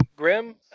Grim